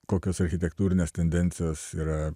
kokios architektūrinės tendencijos yra